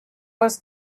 was